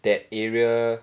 that area